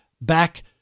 back